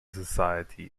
society